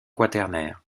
quaternaire